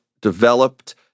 developed